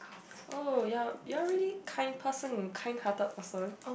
oh your you're really kind person kind hearted person